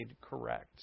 correct